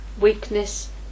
weakness